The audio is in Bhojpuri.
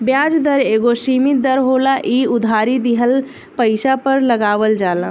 ब्याज दर एगो सीमित दर होला इ उधारी दिहल पइसा पर लगावल जाला